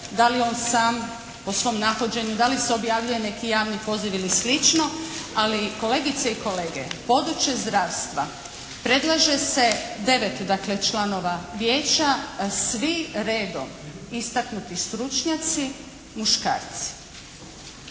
da li on sam po svom nahođenju, da li se objavljuje neki javni poziv ili slično. Ali kolegice i kolege, područje zdravstva predlaže se devet dakle članova vijeća. Svi redom istaknuti stručnjaci muškarci.